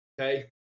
Okay